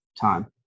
time